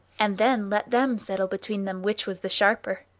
and then let them settle between them which was the sharper!